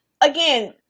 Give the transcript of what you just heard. Again